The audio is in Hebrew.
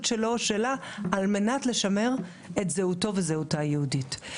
שלו או שלה על מנת לשמר את זהותו וזהותה היהודית.